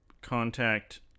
contact